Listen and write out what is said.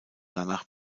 danach